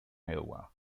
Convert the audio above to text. iowa